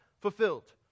fulfilled